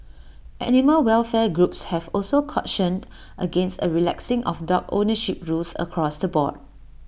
animal welfare groups have also cautioned against A relaxing of dog ownership rules across the board